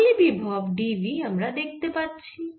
তাহলে বিভব d v আমরা দেখতে পাচ্ছি